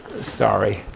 Sorry